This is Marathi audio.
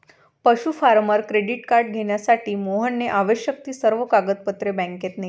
पशु फार्मर क्रेडिट कार्ड घेण्यासाठी मोहनने आवश्यक ती सर्व कागदपत्रे बँकेत नेली